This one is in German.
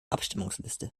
abstimmungsliste